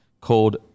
called